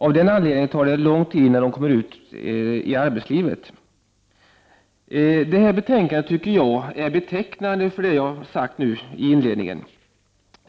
Av den anledningen tar det lång tid innan de kommer ut i arbetslivet. Det här betänkandet tycker jag är betecknande för det jag har sagt inledningsvis.